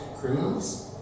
criminals